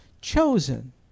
Chosen